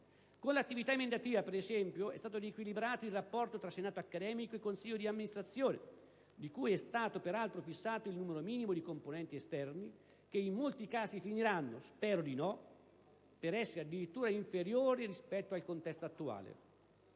Con l'attività emendativa, per esempio, è stato riequilibrato il rapporto tra senato accademico e consiglio di amministrazione, di cui è stato peraltro fissato il numero minimo di componenti esterni, che in molti casi finiranno - spero di no! - per essere addirittura inferiori rispetto al contesto attuale.